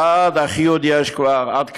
עד אחיהוד יש כבר, עד כרמיאל,